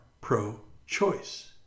pro-choice